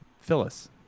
Phyllis